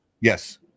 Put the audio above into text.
Yes